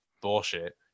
bullshit